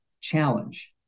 challenge